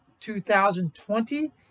2020